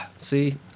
See